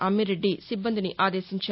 అమ్మిరెడ్డి సిబ్బందిని ఆదేశించారు